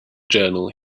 journal